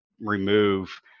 remove